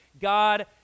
God